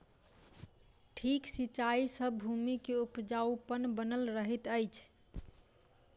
ठीक सिचाई सॅ भूमि के उपजाऊपन बनल रहैत अछि